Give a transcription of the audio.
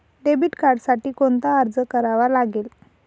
Debit कार्डसाठी कोणता अर्ज करावा लागेल?